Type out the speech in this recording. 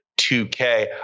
2K